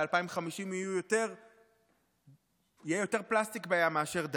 ב-2050 יהיה יותר פלסטיק בים מאשר דגים.